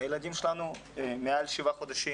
הילדים שלנו מעל שבעה חודשים